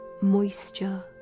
moisture